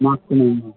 ᱢᱟᱜᱽ ᱠᱩᱱᱟᱹᱢᱤ